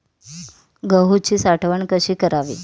गहूची साठवण कशी करावी?